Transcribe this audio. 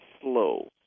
slow